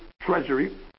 treasury